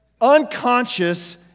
unconscious